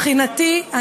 מבחינתי,